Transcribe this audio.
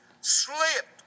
slipped